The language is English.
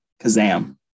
Kazam